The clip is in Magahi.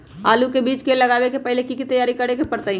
आलू के बीज के लगाबे से पहिले की की तैयारी करे के परतई?